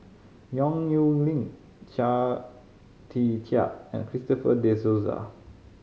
Yong Nyuk Lin Chia Tee Chiak and Christopher De Souza